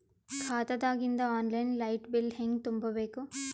ಖಾತಾದಾಗಿಂದ online light bill ಹೇಂಗ ತುಂಬಾ ಬೇಕು?